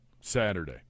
Saturday